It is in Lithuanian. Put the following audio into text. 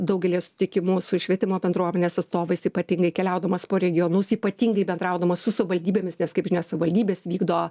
daugelis tiki mūsų švietimo bendruomenės atstovais ypatingai keliaudamas po regionus ypatingai bendraudamas su savivaldybėmis nes kaip žinia savivaldybės vykdo